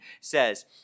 says